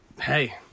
Hey